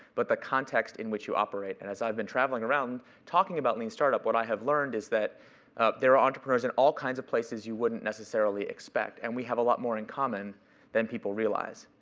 but the context in which you operate. and as i've been travelling around talking about lean startup, what i have learned is that there are entrepreneurs in all kinds of places you wouldn't necessarily expect. and we have a lot more in common than people realize,